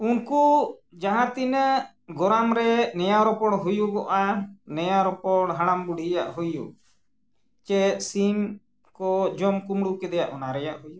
ᱩᱱᱠᱩ ᱡᱟᱦᱟᱸ ᱛᱤᱱᱟᱹᱜ ᱜᱚᱨᱟᱢ ᱨᱮ ᱱᱮᱭᱟᱣ ᱨᱚᱯᱚᱲ ᱦᱩᱭᱩᱜᱼᱟ ᱱᱮᱭᱟᱣ ᱨᱚᱯᱚᱲ ᱦᱟᱲᱟᱢ ᱵᱩᱰᱷᱤᱭᱟᱜ ᱦᱩᱭᱩᱜ ᱥᱮ ᱥᱤᱢ ᱠᱚ ᱡᱚᱢ ᱠᱩᱢᱲᱩ ᱠᱮᱫᱮᱭᱟ ᱚᱱᱟ ᱨᱮᱭᱟᱜ ᱦᱩᱭᱩᱜ